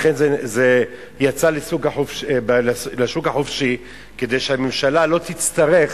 לכן, זה יצא לשוק החופשי, כדי שהממשלה לא תצטרך